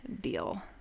deal